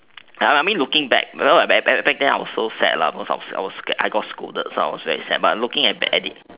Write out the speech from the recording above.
I I mean looking back I I back then back then I was so sad because I was scolded so I was so sad but looking back at the